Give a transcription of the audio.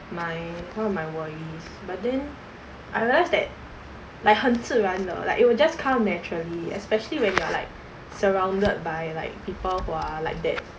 my one of my worries but then I realized that like 很自然的 like it will just come naturally especially when you're like surrounded by like people who are like that